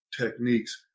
techniques